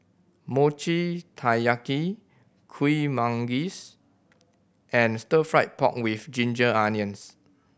Mochi Taiyaki Kuih Manggis and Stir Fried Pork With Ginger Onions